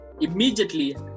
immediately